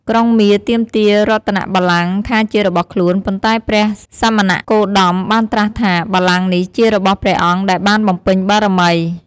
ក្រុងមារទាមទាររតនបល្ល័ង្គថាជារបស់ខ្លួន ប៉ុន្តែព្រះសមណគោតមបានត្រាស់ថា បល្ល័ង្គនេះជារបស់ព្រះអង្គដែលបានបំពេញបារមី។